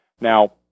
Now